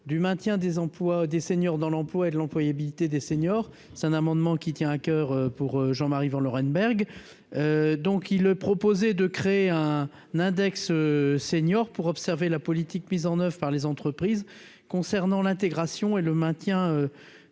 des emplois, des seniors dans l'emploi et de l'employabilité des seniors, c'est un amendement qui tient à coeur, pour Jean Marie Berg, donc il le proposer de créer un index senior pour observer la politique mise en oeuvre par les entreprises concernant l'intégration et le maintien